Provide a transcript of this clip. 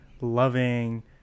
loving